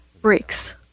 breaks